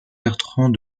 bertrand